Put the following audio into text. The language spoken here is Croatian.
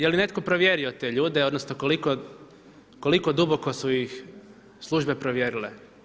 Jeli netko provjerio te ljude odnosno koliko duboko su ih službe provjerile?